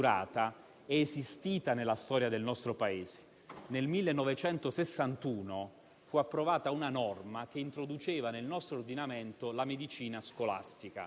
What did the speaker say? battaglia, una sfida in cui il nostro Paese è convintamente inserito e che io ritengo particolarmente strategica. La mia opinione è che un vaccino sicuro,